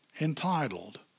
Entitled